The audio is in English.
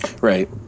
Right